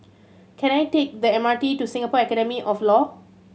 can I take the M R T to Singapore Academy of Law